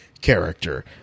character